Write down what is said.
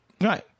Right